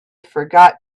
forgot